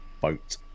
boat